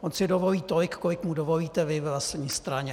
On si dovolí tolik, kolik mu dovolíte vy ve vlastní straně.